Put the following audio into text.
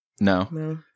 No